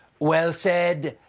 well said,